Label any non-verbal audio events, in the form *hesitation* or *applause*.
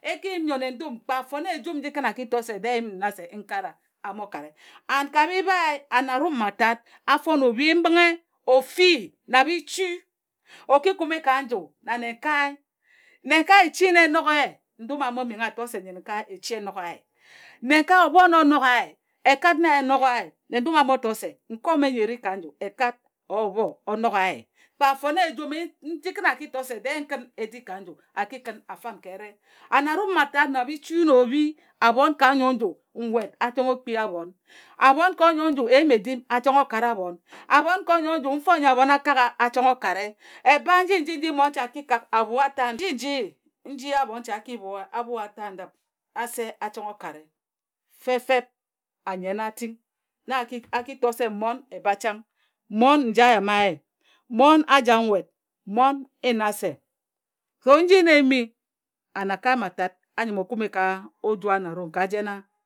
E ki yim nyo nnendu m kpe a fone ejum nji kǝn a ki to se n yim n kare wa a mo kare *unintelligible* and ka bibhae anarum mma tat a fone obhi mbǝnghe, ofi na bichu o ki kume ka nji nannenkae onenkae e chi na e noghe ye ndum a mo menghe a to se nyo nnenkae echi enogha ye. Nnenkae obho na o nogha ye ekat na e nogha ye nnendum a mo to se nkae ome nyo e ri na ye ka onyoe nju ekat *unintelligible* or abho o nogha ye. Kpe a fone ejum *hesitation* nji. Kǝn a to se dee n kǝn e di ka nju a ki kǝn a fam ka ere. Anearum mma kat na bichu na obhi abhon ka onyoe nju *unintelligible* nwet chongho kpii abhon abhon ka onyoe nju eyim-edim a chongho kare abhon. Abhon ka onyoe nju mfo nyi abhon a kagha a chongho kare eba nji-nji nji mmonche a ki kak a bhue ata ndǝp ase a chongho kare fefeb anyen a ting na a ki to se mmon eba chang. Mmon njae a yama ye. Mmon a jak *unintelligible* nwet. Mmon n na se *unintelligible* so nji na e yimi an eakae mma tat a nyǝm o kume ka oju anamum.